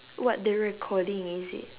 what the recording is it